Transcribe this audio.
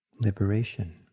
Liberation